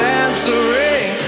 answering